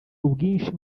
ubwinshi